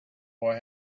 boy